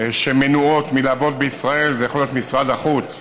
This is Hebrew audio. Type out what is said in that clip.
שמנועות מלעבוד בישראל זה יכול להיות משרד החוץ